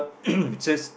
it says